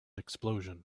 explosion